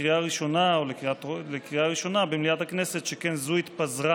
לקריאה ראשונה במליאת הכנסת, שכן זו התפזרה